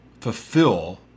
fulfill